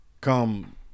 Come